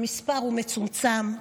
המספר הוא מצומצם,